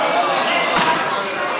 יוצא החוצה.